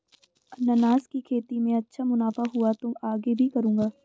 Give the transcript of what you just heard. अनन्नास की खेती में अच्छा मुनाफा हुआ तो आगे भी करूंगा